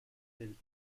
del